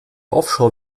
offshore